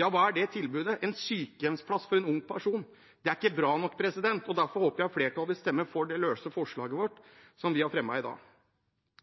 Ja, hva er det tilbudet – en sykehjemsplass for en ung person? Det er ikke bra nok, og derfor håper jeg at flertallet vil stemme for det forslaget vi fremmer i dag.